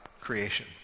creation